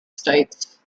states